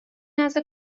نزد